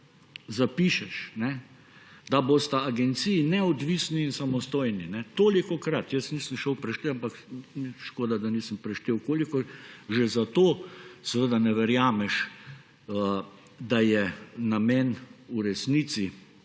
zapišeš, da bosta agenciji neodvisni in samostojni, tolikokrat, jaz nisem šel preštevat, ampak škoda, da nisem preštel kolikokrat, že zato ne verjameš, da je namen v resnici,